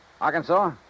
Arkansas